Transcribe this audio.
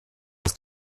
aus